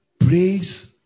praise